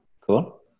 cool